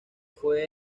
fue